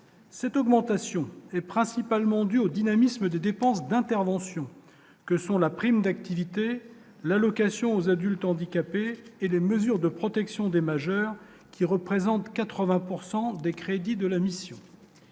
Cette augmentation est principalement due au dynamisme des dépenses d'intervention que sont la prime d'activité, l'allocation aux adultes handicapés et les mesures de protection des majeurs qui représentent 80 pourcent des crédits de la mission.